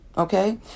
Okay